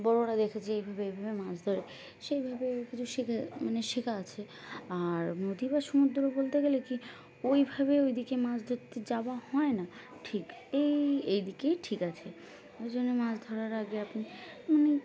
বড়রা দেখেছি এইভাবে এইভাবে মাছ ধরে সেইভাবে কিছু শেখা মানে শেখা আছে আর নদী বা সমুদ্র বলতে গেলে কী ওইভাবে ওইদিকে মাছ ধরতে যাওয়া হয় না ঠিক এই এই দিকেই ঠিক আছে ওই জন্য মাছ ধরার আগে আপনি মানে